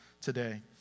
today